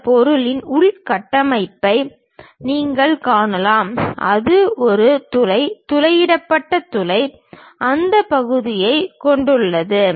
இந்த பொருளின் உள் கட்டமைப்பை நீங்கள் காணலாம் அது ஒரு துளை துளையிடப்பட்ட துளை அந்த பகுதியைக் கொண்டுள்ளது